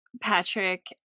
Patrick